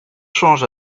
change